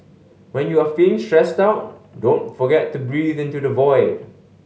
when you are feeling stressed out don't forget to breathe into the void